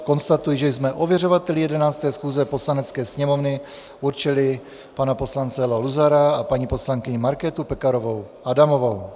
Konstatuji, že jsme ověřovateli 11. schůze Poslanecké sněmovny určili pana poslance Leo Luzara a paní poslankyni Markétu Pekarovou Adamovou.